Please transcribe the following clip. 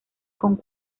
con